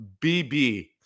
BB